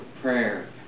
prayer